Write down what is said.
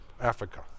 Africa